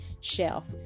shelf